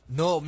no